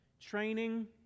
training